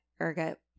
ergot